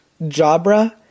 Jabra